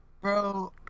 Bro